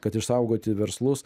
kad išsaugoti verslus